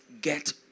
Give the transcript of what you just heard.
get